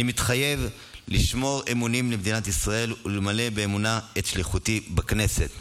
אני מתחייב לשמור אמונים למדינת ישראל ולמלא באמונה את שליחותי בכנסת.